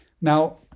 Now